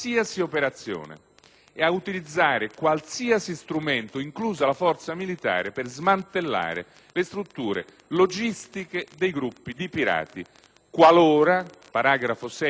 e ad utilizzare qualsiasi strumento, inclusa la forza militare, per smantellare le strutture logistiche dei gruppi di pirati, qualora (paragrafo 6 della risoluzione)